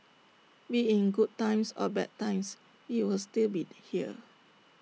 be IT in good times or bad times we will still be here